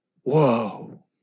whoa